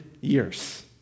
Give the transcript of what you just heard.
years